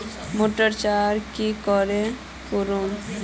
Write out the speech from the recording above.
Motor चास की करे करूम?